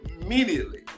immediately